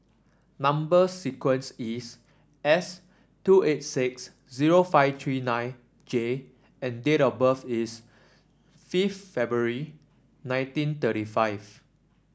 number sequence is S two eight six zero five three nine J and date of birth is fifth February nineteen thirty five